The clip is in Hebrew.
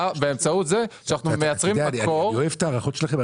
באה באמצעות זה שאנחנו מייצרים מקור --- אני אוהב את ההערכות שלכם.